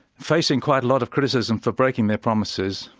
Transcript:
facing quite a lot of criticism for breaking their promises,